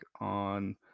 on